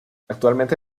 actualmente